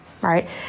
right